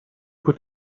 put